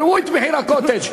ראו את מחיר הקוטג'.